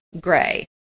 gray